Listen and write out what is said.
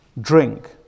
drink